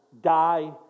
die